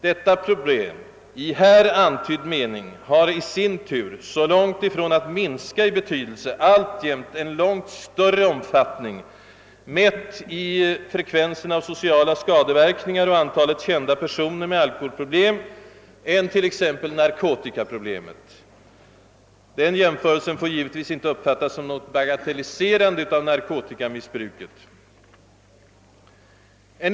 Alkoholproblemet i här antydd mening har i sin tur, i stället för att minska i betydelse, alltjämt en långt större omfattning — mätt i frekvenserna av sociala skadeverkningar och antalet kända personer med alkoholproblem — än t.ex. narkotikaproblemet. Den jämförelsen får givetvis inte uppfattas som ett bagatelliserande av narkotikamissbruket.